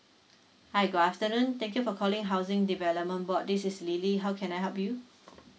hi good afternoon thank you for calling housing development board this is lily how can I help you